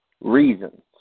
Reasons